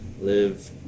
live